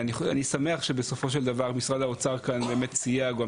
אני שמח שבסופו של דבר משרד האוצר כאן באמת סייע.